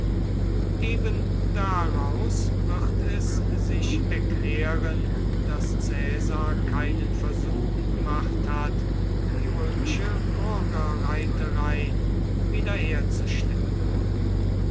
ebendaraus wird es sich erklären daß caesar keinen versuch gemacht hat die römische bürgerreiterei wiederherzustellen